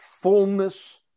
fullness